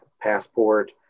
passport